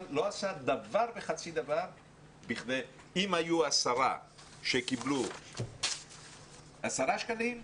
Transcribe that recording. אבל הוא לא עשה דבר וחצי דבר בכדי אם היו עשרה שקיבלו עשרה שקלים,